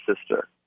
sister